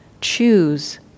choose